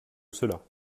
cela